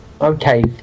okay